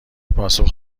پاسخ